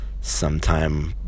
sometime